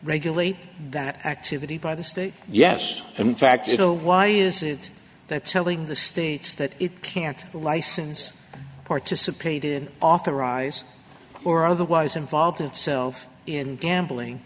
regulate that activity by the state yes and in fact you know why is it that selling the states that it can't license participate in authorize or otherwise involved itself in gambling